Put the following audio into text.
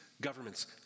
governments